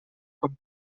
com